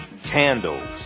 candles